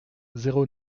zéro